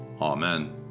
Amen